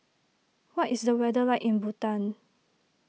what is the weather like in Bhutan